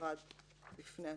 נפרד בפני עצמו.